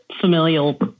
familial